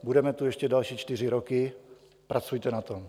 Budeme tu ještě další čtyři roky, pracujte na tom.